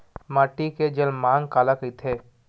माटी के जलमांग काला कइथे?